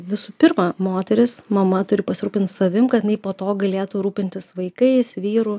visų pirma moteris mama turi pasirūpint savim kad inai po to galėtų rūpintis vaikais vyru